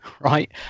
right